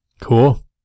Cool